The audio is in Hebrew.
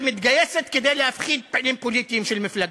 שמתגייסת כדי להפחיד פעילים פוליטיים של מפלגה.